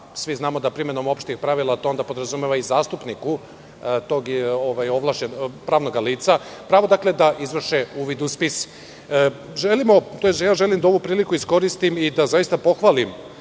svi znamo da primenom opštih pravila to onda podrazumeva i zastupniku tog pravnog lica, pravo da izvrše uvid u spise. Ja želim da ovu priliku iskoristim i da zaista pohvalim